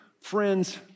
friends